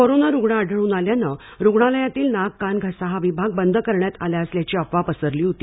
corona रूग्ण आढळून आल्याने रूग्णालयातील नाक कान घसा हा विभाग बंद करण्यात आला असल्याची अफवा पसरली होती